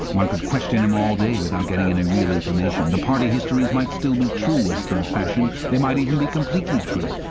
one could question him all day without getting any real information. the party histories might still be true, after a fashion they might even be completely true.